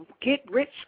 get-rich